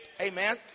Amen